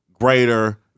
greater